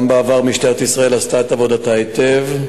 גם בעבר משטרת ישראל עשתה את עבודתה היטב.